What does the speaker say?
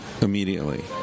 immediately